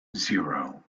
zero